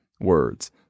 words